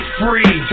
free